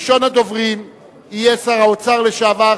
ראשון הדוברים יהיה שר האוצר לשעבר,